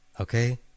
Okay